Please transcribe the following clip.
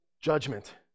judgment